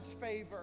favor